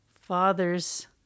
father's